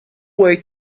way